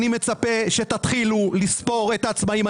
אני מצפה שתתחילו לספור את העצמאים.